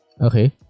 Okay